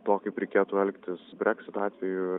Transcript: to kaip reikėtų elgtis breksito atveju